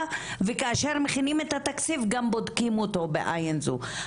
וכאשר מכינים את התקציב גם בודקים אותו בעין זו.